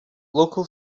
local